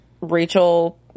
Rachel